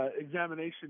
Examination